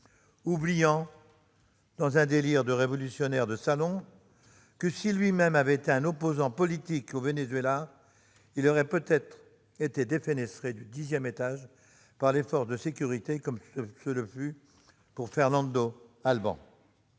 oubliant, dans un délire de révolutionnaire de salon, que, si lui-même avait été un opposant politique au Venezuela, il aurait peut-être été défenestré du dixième étage par les forces de sécurité, comme le fut Fernando Albán.